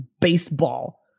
baseball